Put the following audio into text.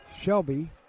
Shelby